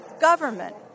government